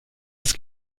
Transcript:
das